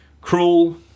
Cruel